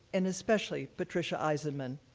and, especially, patricia eisemann,